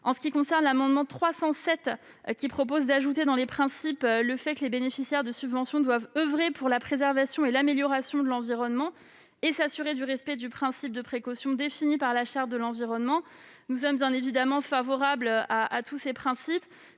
enceintes. L'amendement n° 307 tend à prévoir que les associations bénéficiant de subventions doivent oeuvrer pour la préservation et l'amélioration de l'environnement et s'assurer du respect du principe de précaution défini dans la Charte de l'environnement. Nous sommes bien évidemment favorables à tous ces principes.